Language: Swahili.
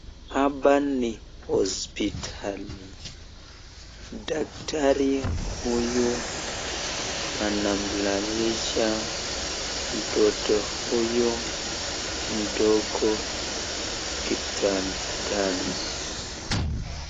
Hapa ni hospitali ,daktari huyu anamlalisha mtoto huyu mdogo kitandani.